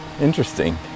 interesting